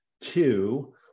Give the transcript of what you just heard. two